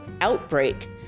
outbreak